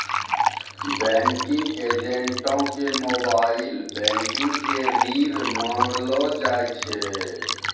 banking एजेंटो के mobile banking के रीढ़ मानलो जाय छै